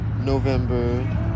November